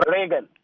Reagan